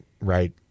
right